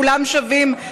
כולם שווים,